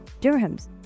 dirhams